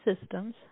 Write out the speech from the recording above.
systems